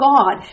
God